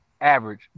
Average